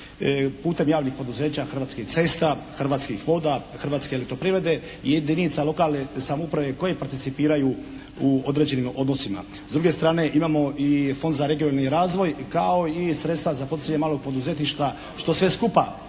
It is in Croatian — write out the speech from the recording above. putem javnih poduzeća, Hrvatskih cesta, Hrvatskih voda, Hrvatske elektroprivrede i jedinica lokalne samouprave koje participiraju u određenim odnosima. S druge strane imamo i Fond za regionalni razvoj kao i sredstva za poticanje malog poduzetništva što sve skupa,